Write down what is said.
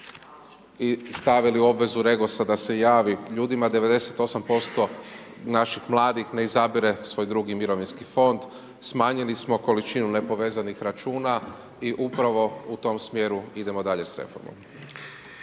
i stavili u obvezu Regosa da se javi ljudima, 98% naših mladih ne izabire svoj drugi mirovinski fond, smanjili smo količinu nepovezanih računa i upravo u tom smjeru idemo dalje s reformom.